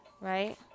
right